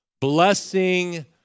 Blessing